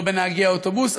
לא בנהגי האוטובוס,